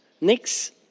Next